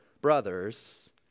brothers